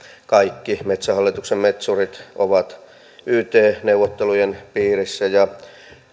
kaikki metsähallituksen metsurit ovat yt neuvottelujen piirissä ja